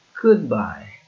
Goodbye